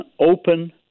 open